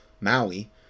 Maui